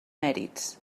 mèrits